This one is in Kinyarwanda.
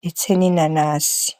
ndetse n'inanasi.